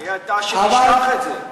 מי אתה שתשכח את זה?